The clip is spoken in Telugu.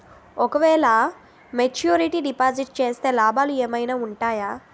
ఓ క వేల మెచ్యూరిటీ డిపాజిట్ చేస్తే లాభాలు ఏమైనా ఉంటాయా?